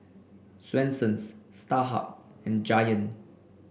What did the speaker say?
Swensens Starhub and Giant